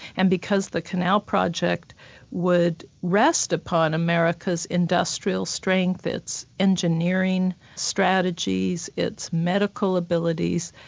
and because the canal project would rest upon america's industrial strength, its engineering strategies, its medical abilities,